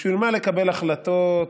בשביל מה לקבל החלטות סדורות?